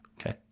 Okay